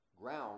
ground